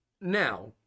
now